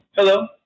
Hello